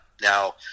Now